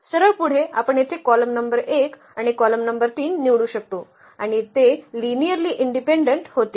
तर सरळ पुढे आपण येथे कॉलम नंबर 1 आणि कॉलम नंबर 3 निवडू शकतो आणि ते लिनियर्ली इनडिपेंडंट होतील